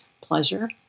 pleasure